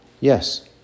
Yes